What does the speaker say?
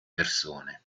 persone